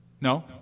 No